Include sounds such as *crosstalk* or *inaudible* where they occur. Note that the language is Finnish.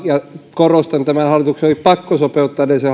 korostan tämän hallituksen oli pakko sopeuttaa edellisen *unintelligible*